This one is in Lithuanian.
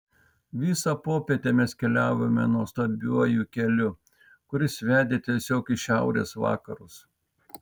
visą popietę mes keliavome nuostabiuoju keliu kuris vedė tiesiog į šiaurės vakarus